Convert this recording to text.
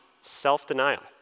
self-denial